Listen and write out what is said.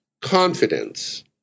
confidence